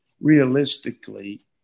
realistically